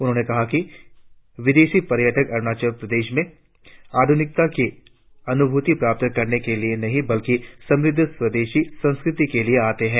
उन्होंने कहा कि विदेशी पर्यटक अरुणाचल में आध्रनिकता की अनुभूति प्राप्त करने के लिए नहीं बल्कि समृद्ध स्वदेशी संस्कृति के लिए आते हैं